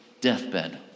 deathbed